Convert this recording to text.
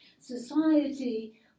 society